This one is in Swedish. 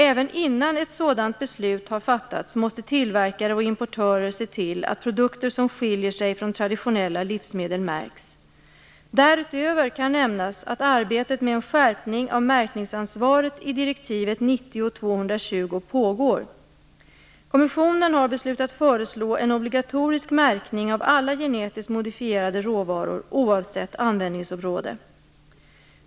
Även innan ett sådant beslut har fattats, måste tillverkare och importörer se till att produkter som skiljer sig från traditionella livsmedel märks. Därutöver kan nämnas att arbetet med en skärpning av märkningsansvaret i direktivet 90/220 pågår. Kommissionen har beslutat föreslå en obligatorisk märkning av alla genetiskt modifierade råvaror oavsett användningsområde.